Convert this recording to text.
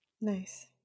Nice